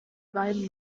weinen